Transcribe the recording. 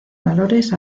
valores